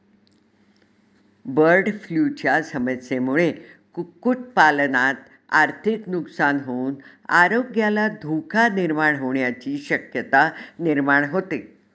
बर्डफ्लूच्या समस्येमुळे कुक्कुटपालनात आर्थिक नुकसान होऊन आरोग्याला धोका निर्माण होण्याची शक्यता निर्माण होते